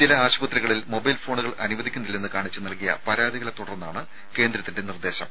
ചില ആശുപത്രികളിൽ മൊബൈൽ ഫോണുകൾ അനുവദിക്കില്ലെന്ന് കാണിച്ച് നൽകിയ പരാതികളെത്തുടർന്നാണ് കേന്ദ്രത്തിന്റെ നിർദ്ദേശം